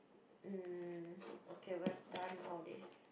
mm okay we have done all these